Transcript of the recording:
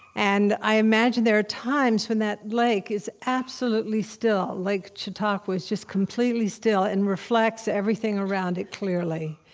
and i imagine there are times when that lake is absolutely still, lake like chautauqua is just completely still and reflects everything around it clearly.